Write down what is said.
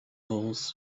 holes